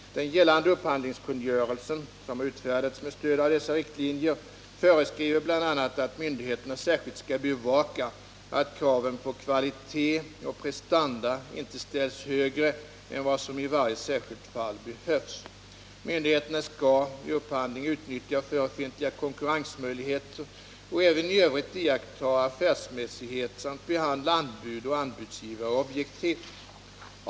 Den gällande upphandlingskungörelsen , som har utfärdats med stöd av dessa riktlinjer, föreskriver bl.a. att myndigheterna särskilt skall bevaka att kraven på kvalitet och prestanda inte ställs högre än vad som i varje särskilt fall behövs. Myndigheterna skall vid upphandling utnyttja förefintliga konkurrensmöjligheter och även i övrigt iaktta affärsmässighet samt behandla anbud och anbudsgivare objektivt.